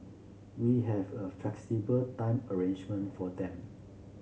we have a flexible time arrangement for them